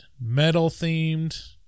metal-themed